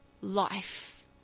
life